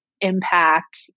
impact